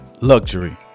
Luxury